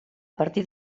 partir